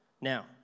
Now